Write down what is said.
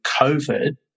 COVID